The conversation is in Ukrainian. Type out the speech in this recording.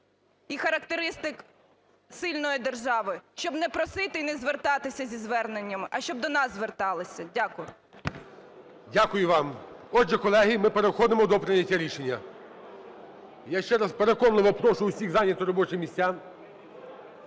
і характеристик сильної держави, щоб не просити і не звертатися зі зверненнями, а щоб до нас зверталися. Дякую. ГОЛОВУЮЧИЙ. Дякую вам. Отже, колеги, ми переходимо до прийняття рішення. Я ще раз переконливо прошу усіх зайняти робочі місця,